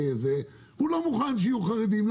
הוא לא מוכן שיהיו חרדים.